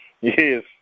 Yes